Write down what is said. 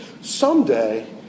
Someday